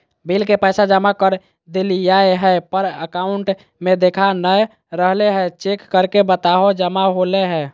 Bill के पैसा जमा कर देलियाय है पर अकाउंट में देखा नय रहले है, चेक करके बताहो जमा होले है?